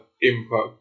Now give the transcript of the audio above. impact